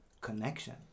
connection